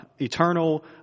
eternal